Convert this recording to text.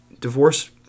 divorce